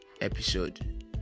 episode